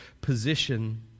position